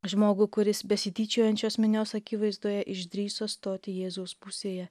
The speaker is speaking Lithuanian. žmogų kuris besityčiojančios minios akivaizdoje išdrįso stoti jėzaus pusėje